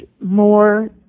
more